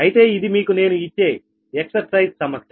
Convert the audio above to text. అయితే ఇది మీకు నేను ఇచ్చే ఎక్సర్సైజ్ సమస్య